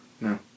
No